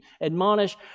admonish